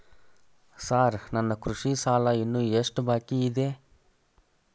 Sir ನನ್ನ ಕೃಷಿ ಸಾಲ ಇನ್ನು ಎಷ್ಟು ಬಾಕಿಯಿದೆ?